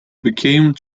became